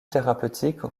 thérapeutiques